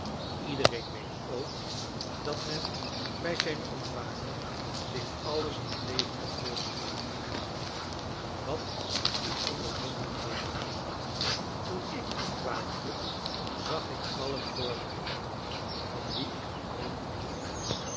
iedereen weet ook dat men bij zijn ontwaken zich alles nog levendig voorstelt wat men ondervonden heeft toen ik ontwaakte zag ik allen voor mij van wie ik gedroomd had